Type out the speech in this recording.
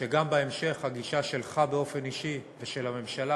שגם בהמשך הגישה שלך באופן אישי ושל הממשלה